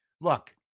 look